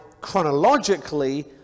chronologically